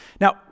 Now